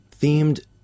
Themed